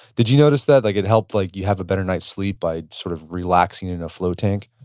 did you notice that, like it helped like you have a better night sleep by sort of relaxing in a float tank?